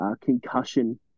concussion